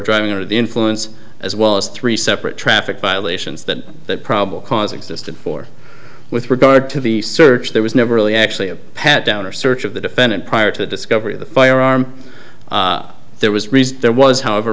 driving under the influence as well as three separate traffic violations that that probable cause existed for with regard to the search there was never really actually a pat down or search of the defendant prior to the discovery of the firearm there was reason there was however